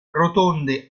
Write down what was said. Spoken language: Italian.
rotonde